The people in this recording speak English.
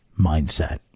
mindset